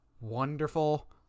wonderful